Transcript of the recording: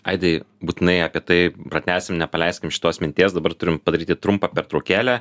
aidai būtinai apie tai pratęsim nepaleiskim šitos minties dabar turim padaryti trumpą pertraukėlę